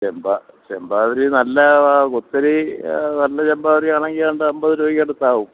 ചെമ്പാവരി ചെമ്പാവരി നല്ല കുത്തരി അ നല്ല ചെമ്പാവരി ആണെങ്കിൽ ഏതാണ്ട് അൻപത് രൂപക്കടുത്താവും